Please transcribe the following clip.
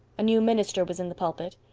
a new minister was in the pulpit.